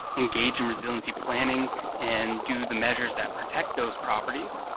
engage in resiliency planning and do the measures that protect those properties,